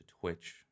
Twitch